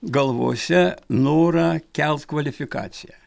galvose norą kelt kvalifikaciją